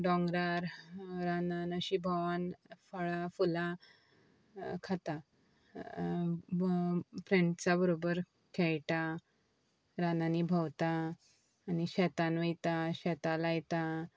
डोंगरार रानांन अशी भोवान फळां फुलां खाता फ्रेंड्सा बरोबर खेळटा रानांनी भोंवता आनी शेतान वयता शेतां लायता